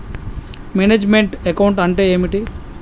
Manage meant account అంటే ఏమిటి?